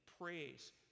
praise